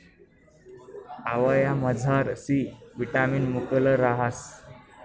आवयामझार C vitamin मुकलं रहास